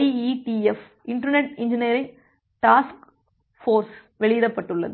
IETF internet engineering task force வெளியிடப்படுகிறது